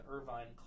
Irvine